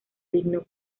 digno